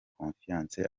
confiance